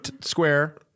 square